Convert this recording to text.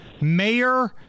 Mayor